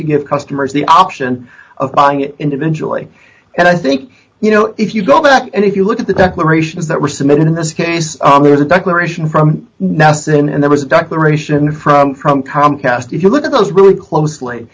to give customers the option of buying it individually and i think you know if you go back and if you look at the declarations that were submitted in this case there's a declaration from nessun and there was a duck the ration from from comcast if you look at those really closely